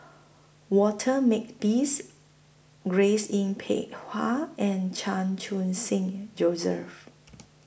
Walter Makepeace Grace Yin Peck Ha and Chan Khun Sing Joseph